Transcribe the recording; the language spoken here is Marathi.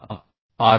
आता आर